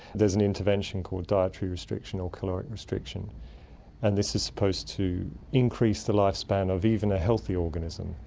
there's an intervention called dietary restriction or caloric restriction and this is supposed to increase the lifespan of even a healthy organism.